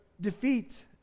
defeat